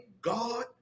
God